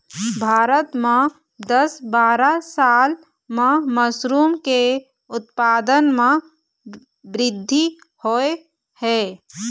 भारत म दस बारा साल म मसरूम के उत्पादन म बृद्धि होय हे